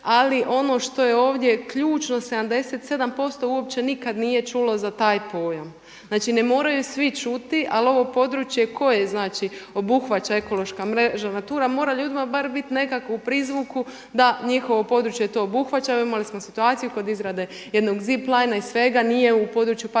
Ali ono što je ovdje ključno 77% uopće nikad nije čulo za taj pojam. Znači ne moraju svi čuti, ali ovo područje koje, znači obuhvaća ekološka mreža NATURA mora ljudima bar biti u nekakvom prizvuku da njihovo područje to obuhvaća. Evo imali smo situaciju kod izrade jednog zip plana, nije u području parka